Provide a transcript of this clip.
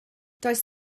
does